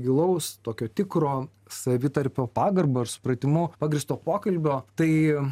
gilaus tokio tikro savitarpio pagarba ir supratimu pagrįsto pokalbio tai